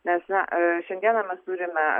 nes na šiandieną mes turime